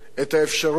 את האפשרות